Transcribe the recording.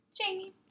Jamie